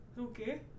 Okay